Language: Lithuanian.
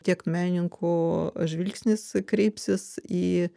tiek menininkų žvilgsnis kreipsis į